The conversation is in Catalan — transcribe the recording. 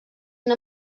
una